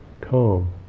calm